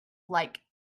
like